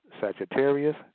Sagittarius